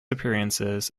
appearances